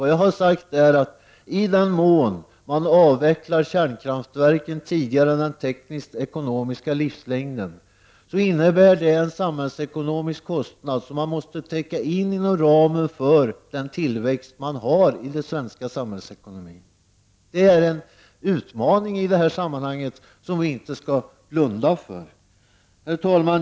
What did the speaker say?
Vad jag har sagt är att i den mån man avvecklar kärnkraftverken tidigare än vad som svarar mot den tekniskt-ekonomiska livslängden får man en samhällsekonomisk kostnad, som man måste täcka inom ramen för tillväxten i den svenska samhällsekonomin. Det är en utmaning som vi inte skall blunda för i detta sammanhang. Herr talman!